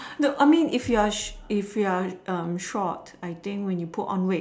look I mean if you're sh~ if you're um short I think when you put on weight